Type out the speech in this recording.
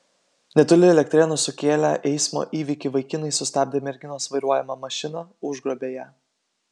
netoli elektrėnų sukėlę eismo įvykį vaikinai sustabdė merginos vairuojamą mašiną užgrobė ją